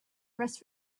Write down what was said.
west